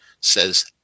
says